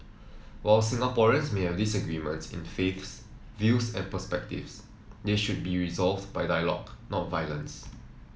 while Singaporeans may have disagreements in faiths views and perspectives they should be resolved by dialogue not violence